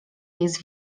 jest